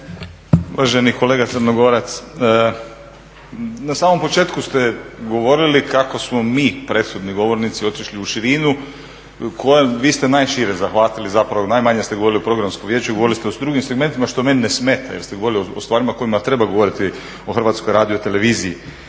Hrvatske radio televizije